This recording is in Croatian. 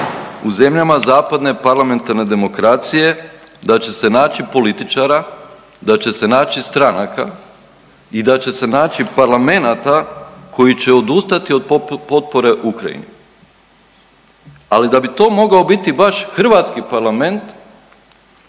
u zemljama zapadne parlamentarne demokracije da će se naći političara, da će se naći stranaka i da će se naći parlamenata koji će odustati od potpore Ukrajini. Ali da bi to mogao biti baš hrvatski parlament,